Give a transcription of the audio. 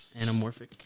anamorphic